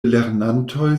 lernantoj